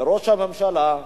לראש הממשלה,